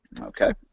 Okay